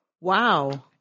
Wow